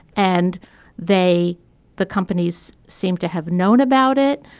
and they the companies seemed to have known about it.